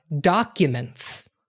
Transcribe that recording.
documents